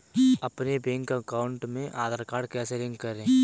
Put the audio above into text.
अपने bank account में Aadhaar card कैसे लिंक करें?